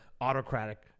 autocratic